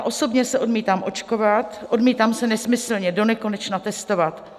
Osobně se odmítám očkovat, odmítám se nesmyslně donekonečna testovat.